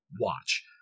watch